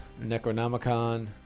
Necronomicon